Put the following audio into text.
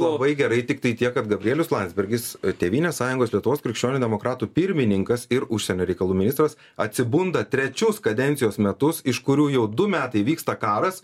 labai gerai tiktai tiek kad gabrielius landsbergis tėvynės sąjungos lietuvos krikščionių demokratų pirmininkas ir užsienio reikalų ministras atsibunda trečius kadencijos metus iš kurių jau du metai vyksta karas